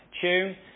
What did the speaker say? tune